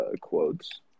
quotes